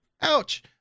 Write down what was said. ouch